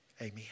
Amen